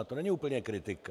To není úplně kritika.